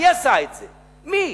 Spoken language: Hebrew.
מי עשה את זה, מי?